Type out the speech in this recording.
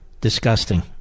Disgusting